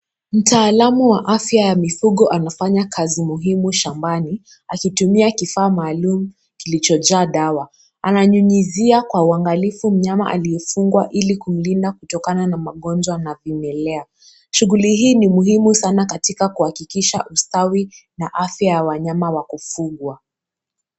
Mtaalamu wa afya ya mifugo anafanya kazi muhimu shambani, akitumia kifaa maalum kilichojaa dawa. Ananyunyizia kwa uangalifu mnyama aliyefungwa, ili kumlinda kutokana na magonjwa na vimelea. Shughuli hii ni muhimu sana katika kuhakikisha ustawi na afya ya wanyama wa kufugwa.